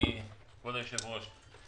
כבוד היושב-ראש,